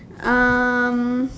um